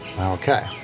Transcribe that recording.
Okay